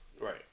Right